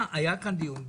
כאן דיון על